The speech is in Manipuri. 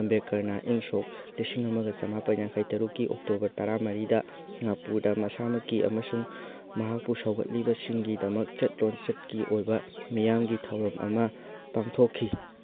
ꯑꯝꯕꯦꯗꯀꯔꯅ ꯏꯪ ꯁꯣꯛ ꯂꯤꯁꯤꯡ ꯑꯃꯒ ꯆꯃꯥꯄꯟ ꯌꯥꯡꯈꯩ ꯇꯔꯨꯛꯀꯤ ꯑꯣꯛꯇꯣꯕꯔ ꯇꯔꯥꯃꯔꯤꯗ ꯅꯥꯛꯄꯨꯔꯗ ꯃꯁꯥꯃꯛꯀꯤ ꯑꯃꯁꯨꯡ ꯃꯍꯥꯛꯄꯨ ꯁꯧꯒꯠꯂꯤꯕꯁꯤꯡꯒꯤꯗꯃꯛ ꯆꯠꯅ ꯂꯣꯟꯆꯠꯀꯤ ꯑꯣꯏꯕ ꯃꯤꯌꯥꯝꯒꯤ ꯑꯣꯏꯕ ꯊꯧꯔꯝ ꯑꯃ ꯄꯥꯡꯊꯣꯛꯈꯤ